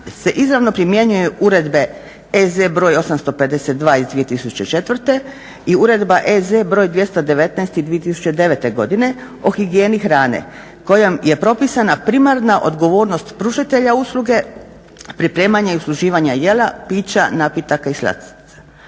se izravno primjenjuju Uredbe EZ br. 852 iz 2004. i Uredba EZ br. 219. iz 2009. godine o higijeni hrane kojom je propisana primarna odgovornost pružatelja usluge, pripremanja i usluživanja jela, pića, napitaka i slastica.